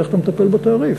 איך אתה מטפל בתעריף.